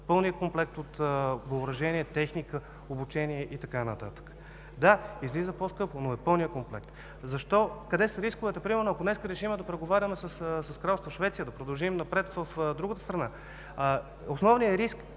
пълния комплект от въоръжение, техника, обучение и така нататък. Да, излиза по-скъпо, но е пълният комплект. Къде са рисковете, примерно, ако днес решим да преговаряме с Кралство Швеция, да продължим напред в другата страна? Основният риск